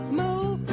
move